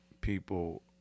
people